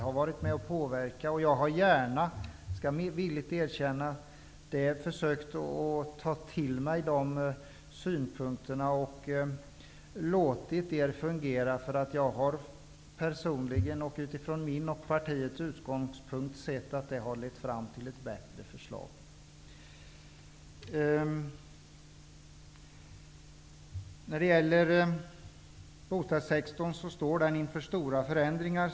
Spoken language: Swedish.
Jag skall villigt erkänna att jag har försökt ta till mig alla synpunkter och låtit alla partier agera. Jag har personligen, utifrån min och partiets utgångspunkt, sett att det har lett fram till ett bättre förslag. Bostadssektorn står inför stora förändringar.